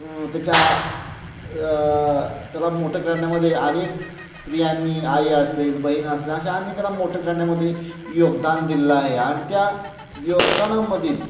त्याच्या त्याला मोठं करण्यामध्ये अनेक स्त्रियांनी आई असेल बहीण असेल अशा अनेकांनी त्याला मोठं करण्यामध्ये योगदान दिलेलं आहे आणि त्या योगदानामधील